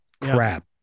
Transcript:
crap